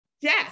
Yes